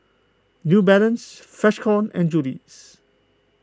New Balance Freshkon and Julie's